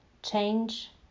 change